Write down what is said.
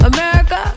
America